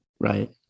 right